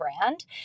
brand